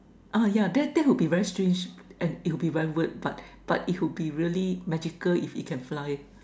ah yeah that that would be very strange and it'll be very weird but but it would be really magical if it can fly